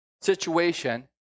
situation